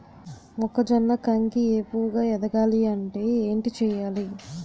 మొక్కజొన్న కంకి ఏపుగ ఎదగాలి అంటే ఏంటి చేయాలి?